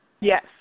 Yes